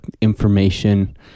information